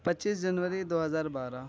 پچیس جنوری دو ہزار بارہ